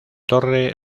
torre